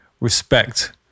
respect